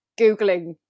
googling